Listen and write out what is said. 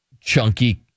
chunky